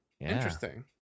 Interesting